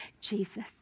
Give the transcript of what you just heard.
Jesus